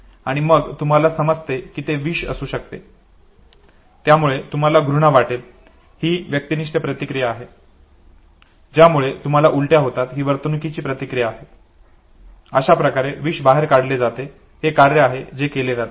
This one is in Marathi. आणि मग तुम्हाला समजते की ते विष असू शकते त्यामुळे तुम्हाला घृणा वाटते ही व्यक्तिनिष्ठ प्रतिक्रिया आहे ज्यामुळे तुम्हाला उलट्या होतात ही वर्तणुकीची प्रतिक्रिया आहे आणि अशाप्रकारे विष बाहेर काढले जाते हे कार्य आहे जे केले जाते